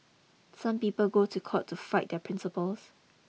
some people go to court to fight their principles